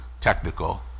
technical